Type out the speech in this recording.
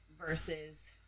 versus